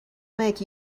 make